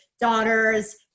daughters